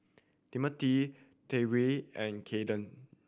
Timothy Tyrek and Keandre